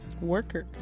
workers